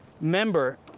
member